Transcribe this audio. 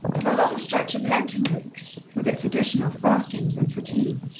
for the long stretch of lenten weeks, with its additional fastings and fatigue,